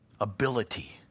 ability